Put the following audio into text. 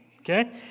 Okay